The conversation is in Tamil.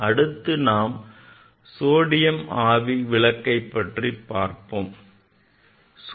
அடுத்து நாம் சோடியம் ஆவி விளக்கை பற்றி பார்க்கப்போகிறோம்